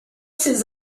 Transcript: ses